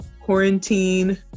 quarantine